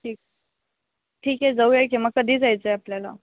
ठीक ठीक आहे जाऊया की मग कधी जायचं आहे आपल्याला